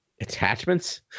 attachments